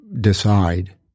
decide